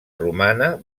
romana